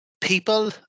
people